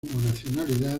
nacionalidad